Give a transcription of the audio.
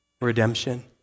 Redemption